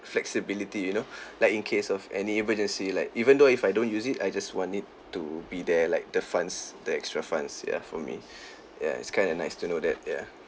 flexibility you know like in case of any emergency like even though if I don't use it I just want it to be there like the funds the extra funds ya for me ya it's kind of nice to know that ya